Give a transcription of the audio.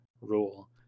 rule